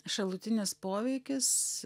šalutinis poveikis